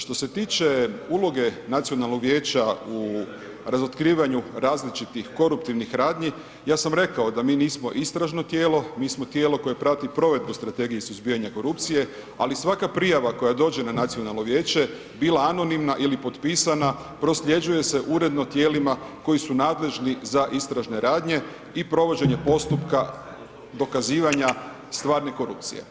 Što se tiče uloge nacionalnog vijeća u razotkrivanju različitih koruptivnih radnji ja sam rekao da mi nismo istražno tijelo, mi smo tijelo koje prati provedbu strategije i suzbijanje korupcije, ali svaka prijava koja dođe na nacionalno vijeće bila anonimna ili potpisana prosljeđuje se uredno tijelima koji su nadležni za istražne radnje i provođenje postupka dokazivanja stvarne korupcije.